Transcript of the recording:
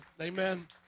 Amen